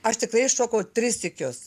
aš tikrai iššokau tris sykius